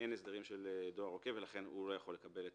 אין הסדרים של דואר עוקב ולכן האדם לא יכול לקבל את